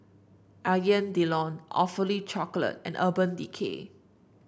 Alain Delon Awfully Chocolate and Urban Decay